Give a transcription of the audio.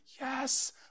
yes